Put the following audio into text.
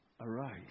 arise